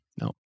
No